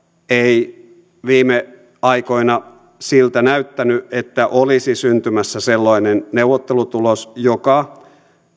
ei viime aikoina siltä näyttänyt että olisi syntymässä sellainen neuvottelutulos joka